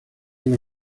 los